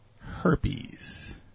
Herpes